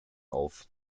auf